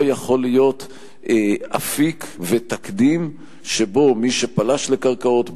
לא יכול להיות אפיק ותקדים שבו מי שפלש לקרקעות,